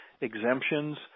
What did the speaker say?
exemptions